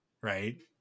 Right